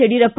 Yediyurappa